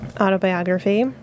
autobiography